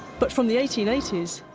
but from the eighteen eighty s,